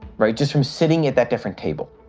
right. just from sitting at that different table.